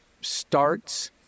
starts